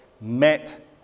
met